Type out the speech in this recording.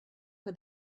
for